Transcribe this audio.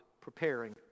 preparing